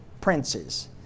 princes